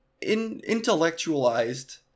intellectualized